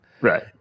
Right